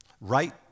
right